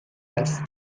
است